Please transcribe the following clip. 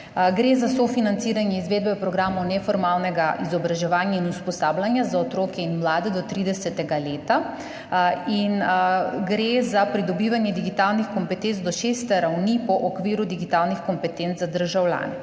Gre za sofinanciranje izvedbe programov neformalnega izobraževanja in usposabljanja za otroke in mlade do 30. leta in gre za pridobivanje digitalnih kompetenc do šeste ravni po okviru digitalnih kompetenc za državljane.